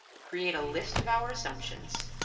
create a list of our assumptions,